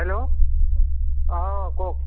hello অঁ কওঁক